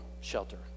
shelter